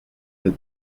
the